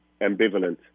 ambivalent